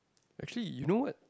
actually you know what